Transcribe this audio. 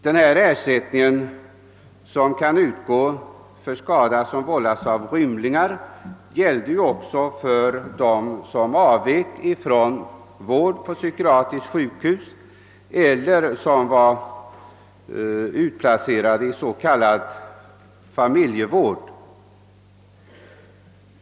Den ersättning som skulle utgå för skada vållad av rymlingar gällde tidigare också i fråga om dem som avvek från vård på psykiatriskt sjukhus eller som varit utplacerade i s.k. familjevård.